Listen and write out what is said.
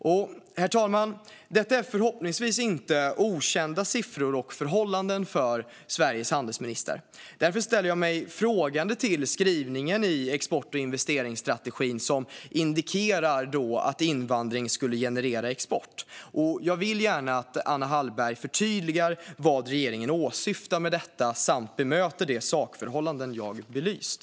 Herr talman! Detta är förhoppningsvis inte okända siffror och förhållanden för Sveriges handelsminister. Därför ställer jag mig frågande till den skrivning i export och investeringsstrategin som indikerar att invandring genererar export. Jag vill gärna att Anna Hallberg förtydligar vad regeringen åsyftar med detta och bemöter de sakförhållanden jag belyst.